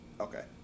Okay